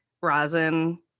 rosin